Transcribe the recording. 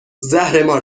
زهرمار